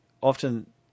often